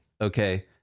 Okay